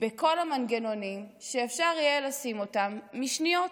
בכל המנגנונים שאפשר יהיה לשים אותן משניות,